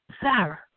Sarah